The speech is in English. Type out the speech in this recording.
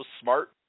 smart